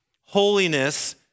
Holiness